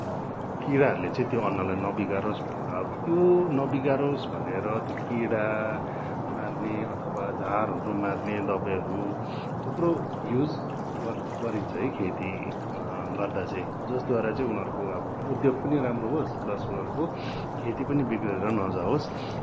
किराहरूले चाहिँ त्यो अन्नलाई नबिगारोस् भनेर अब त्यो नबिगारोस् भनेर त्यो किरा मार्ने अथवा झारहरू मार्ने दबाईहरू थुप्रो युज गर गरिन्छ है खेती गर्दा चाहिँ जसद्वारा चाहिँ उनीहरूको अब उद्योग पनि राम्रो होस् प्लस उनीहरूको खेती पनि बिग्रेर नजाओस्